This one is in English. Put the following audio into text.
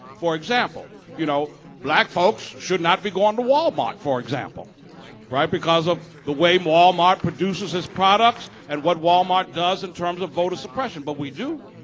for example, you know black folks should not be going to wal-mart for example because of the way wal-mart produces its products and what wal-mart does in terms of voter suppression, but we do.